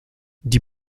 die